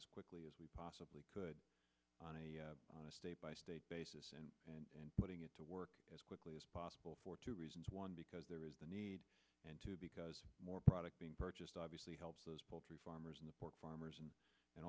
as quickly as we possibly could on a state by state basis and in putting it to work as quickly as possible for two reasons one because there is the need and two because more product being purchased obviously helps those poultry farmers in the pork farmers and a